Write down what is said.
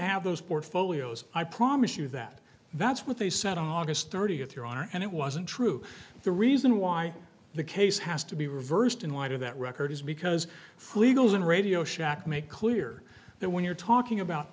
have those portfolios i promise you that that's what they said on august thirtieth your honor and it wasn't true the reason why the case has to be reversed in light of that record is because full eagles in radio shack make clear that when you're talking about